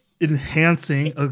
enhancing